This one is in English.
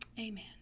Amen